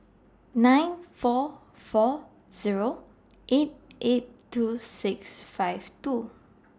nine four four Zero eight eight two six five two